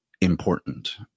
important